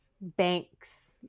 banks